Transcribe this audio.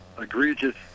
egregious